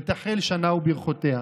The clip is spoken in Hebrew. תחל שנה וברכותיה".